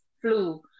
flu